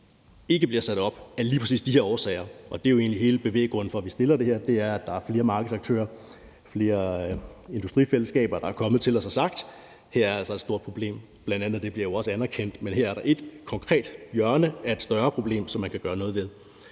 ikke bliver sat op af lige præcis de her årsager, og det er jo egentlig også hele bevæggrunden for, at vi fremsætter det her forslag, altså at der er flere markedsaktører, flere industrifællesskaber, der er kommet til os og har sagt, at der altså her er et stort problem. Det bliver jo bl.a. også anerkendt, men her er der et konkret hjørne af et større problem, som man kan gøre noget ved.